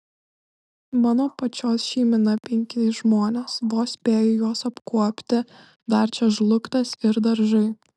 mano pačios šeimyna penki žmonės vos spėju juos apkuopti dar čia žlugtas ir daržai